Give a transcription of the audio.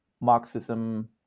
marxism